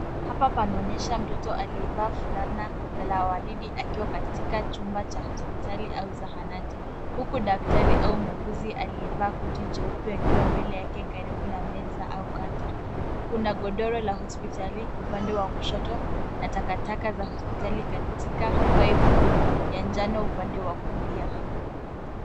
Hapa panaonyesha mtoto aliyevaa fulana na la waridi akiwa katika chumba cha hospitali au zahanati. Huku daktari au muuguzi aliyevaa koti jeupe akiwa mbele yake karibu na meza au Canter . Kuna godoro la hospitali, upande wa kushoto, na takataka za hospitali katika pipe ya njano upande wa kulia.